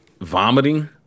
vomiting